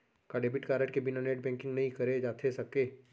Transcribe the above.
का debit card के बिना नेट बैंकिंग नई करे जाथे सके?